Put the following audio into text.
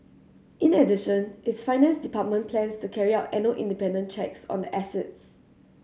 in addition its finance department plans to carry out annual independent checks on the assets